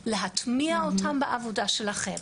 להטמיע אותם בעבודה שלכם.